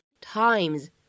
times